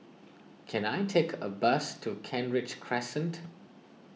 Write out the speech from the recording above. can I take a bus to Kent Ridge Crescent